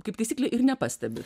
kaip taisyklė ir nepastebi